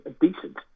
decent